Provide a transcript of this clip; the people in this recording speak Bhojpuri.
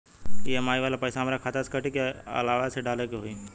ई.एम.आई वाला पैसा हाम्रा खाता से कटी की अलावा से डाले के होई?